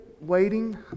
waiting